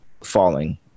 falling